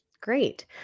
Great